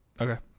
okay